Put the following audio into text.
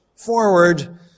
forward